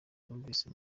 numvise